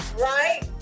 Right